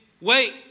wait